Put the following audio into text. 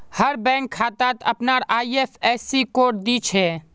हर bank खातात अपनार IFSC code दि छे